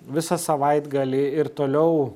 visą savaitgalį ir toliau